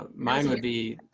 mine would be